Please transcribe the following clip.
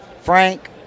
Frank